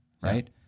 right